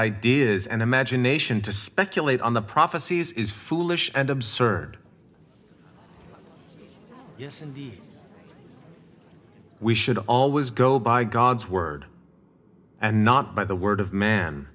ideas and imagination to speculate on the prophecies is foolish and absurd yes we should always go by god's word and not by the word of man